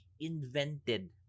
invented